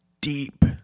deep